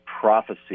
prophecy